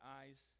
eyes